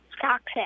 Toxic